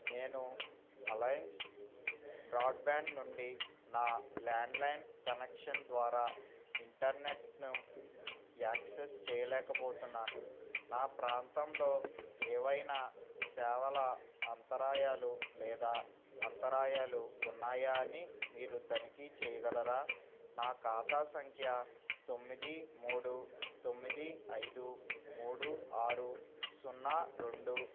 నేను Alliance broadband నుండి నా ల్యాండ్లైన్ కనెక్షన్ ద్వారా ఇంటర్నెట్ను యాక్సెస్ చేయలేకపోతున్నాను నా ప్రాంతంలో ఏవైనా సేవల అంతరాయాలు లేదా అంతరాయాలు ఉన్నాయా అని మీరు తనిఖీ చేయగలరా నా ఖాతా సంఖ్య తొమ్మిది మూడు తొమ్మిది ఐదు మూడు ఆరు సున్నా రెండు